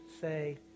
say